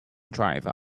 driver